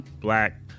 Black